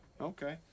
Okay